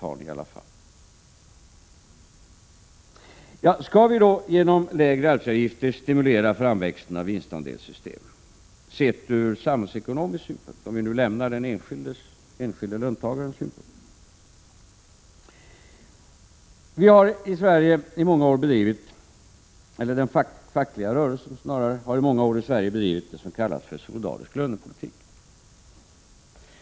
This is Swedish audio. Om vi lämnar den enskilde löntagarens synpunkter kan vi fråga oss om vi från samhällsekonomisk synpunkt genom lägre arbetsgivaravgifter skall stimulera framväxten av vinstandelssystem. Den fackliga rörelsen i Sverige har i många år bedrivit vad som kallas en solidarisk lönepolitik.